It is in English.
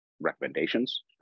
recommendations